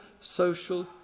social